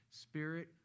spirit